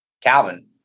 Calvin